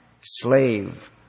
slave